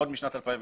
עוד משנת 2016,